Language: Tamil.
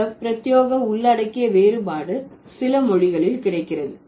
இந்த பிரத்தியேக உள்ளடக்கிய வேறுபாடு சில மொழிகளில் கிடைக்கிறது